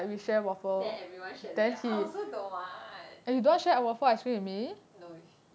then everyone share together I also don't want no with